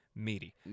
Meaty